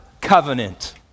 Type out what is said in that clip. covenant